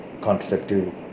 contraceptive